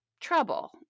trouble